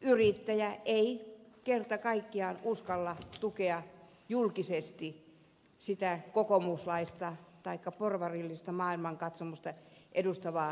yrittäjä ei kerta kaikkiaan uskalla tukea julkisesti kokoomuslaista taikka porvarillista maailmankatsomusta edustavaa ehdokasta